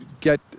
get